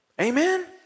Amen